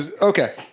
okay